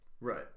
Right